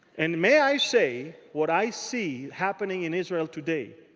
and may i say what i see happening in israel today?